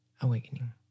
awakening